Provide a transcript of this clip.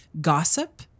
gossip